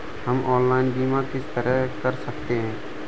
हम ऑनलाइन बीमा किस तरह कर सकते हैं?